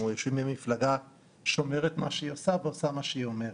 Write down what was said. יושבים במפלגה שאומרת מה שהיא עושה ועושה מה שהיא אומרת.